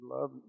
Love